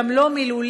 גם לא מילולית,